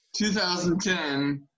2010